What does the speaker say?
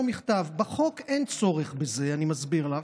בחוק אין צורך בזה, אני מסביר לך.